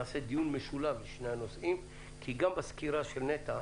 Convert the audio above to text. נעשה דיון משולב בשני הנושאים כי גם בסקירה של נת"ע